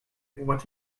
what